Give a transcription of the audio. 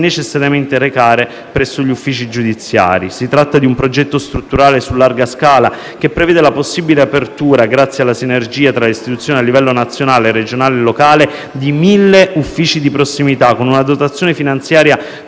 necessariamente recare presso gli uffici giudiziari. Si tratta di un progetto strutturale su larga scala, che prevede la possibile apertura, grazie alla sinergia tra istituzioni a livello nazionale, regionale e locale, di 1.000 uffici di prossimità, con una dotazione finanziaria